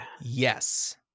Yes